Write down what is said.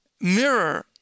mirror